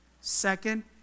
Second